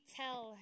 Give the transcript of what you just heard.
tell